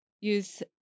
use